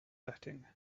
setting